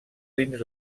dins